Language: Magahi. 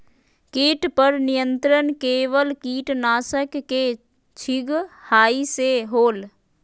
किट पर नियंत्रण केवल किटनाशक के छिंगहाई से होल?